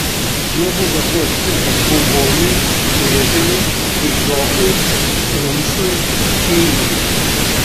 nuobaudos buvo skirtos bauboniui drėzienei bižokui rumšui keidžui